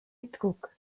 kukk